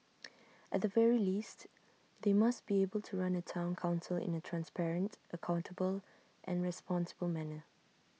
at the very least they must be able to run A Town Council in A transparent accountable and responsible manner